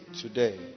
today